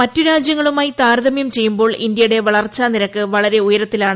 മറ്റ് രാജ്യങ്ങളുമായി താരതമ്യം ചെയ്യുമ്പോൾ ഇന്ത്യയുടെ വളർച്ചാ നിരക്ക് വളരെ ഉയരത്തിലാണ്